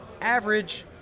average